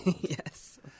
Yes